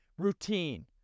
Routine